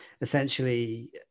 essentially